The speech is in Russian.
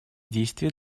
действия